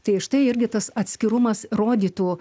tai štai irgi tas atskirumas rodytų